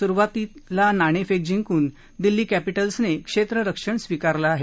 सुरुवातीला नाणेफेक जिंकून दिल्ली कॅपिटल्सने क्षेत्ररक्षण स्वीकारलं आहे